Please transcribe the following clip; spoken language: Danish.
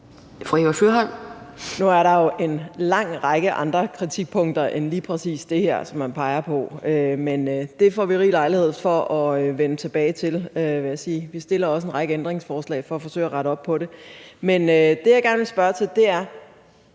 Nu er der jo en lang række andre kritikpunkter end lige præcis det her, som man peger på, men det får vi rig lejlighed til at vende tilbage til, vil jeg sige. Vi stiller også en række ændringsforslag for at forsøge at rette op på det. Men der er noget andet, jeg gerne vil spørge til. Det er